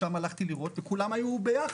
וכולם היו ביחד,